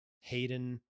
Hayden